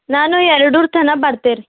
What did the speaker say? ನಾನು ಎರ್ಡೂರ್ ತನ ಬರ್ತೆ ರೀ